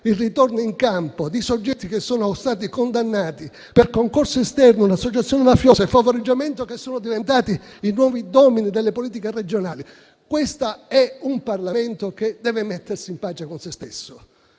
il ritorno in campo di soggetti condannati per concorso esterno in associazione mafiosa e favoreggiamento, che sono diventati i nuovi *domini* delle politiche regionali. Questo è un Parlamento che deve mettersi in pace e d'accordo